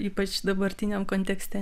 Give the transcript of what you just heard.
ypač dabartiniam kontekste